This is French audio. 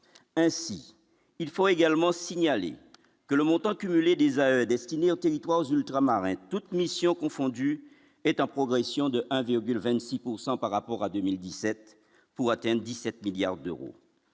ainsi il faut également signaler que le montant cumulé des à destiné aux territoires ultramarins toute mission confondus, est en progression de 1,26 pourcent par rapport à 2017 pour atteindre 17 milliards d'euros,